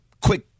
quick